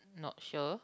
not sure